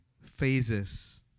phases